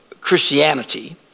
Christianity